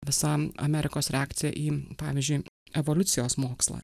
visa amerikos reakcija į pavyzdžiui evoliucijos mokslą